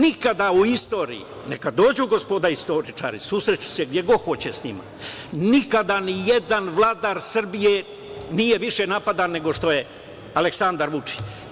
Nikada u istoriji, neka dođu gospoda istoričari, susrešću se gde god hoće s njima, nikada nijedan vladar Srbije nije više napadan nego što je Aleksandar Vučić.